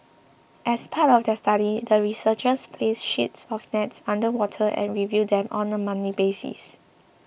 as part of their study the researchers placed sheets of nets underwater and reviewed them on a monthly basis